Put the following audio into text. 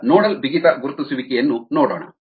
ಈಗ ನೋಡಲ್ ಬಿಗಿತ ಗುರುತಿಸುವಿಕೆಯನ್ನು ನೋಡೋಣ